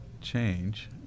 change